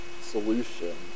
solution